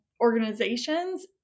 organizations